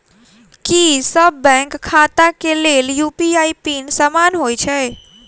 की सभ बैंक खाता केँ लेल यु.पी.आई पिन समान होइ है?